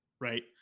right